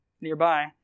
nearby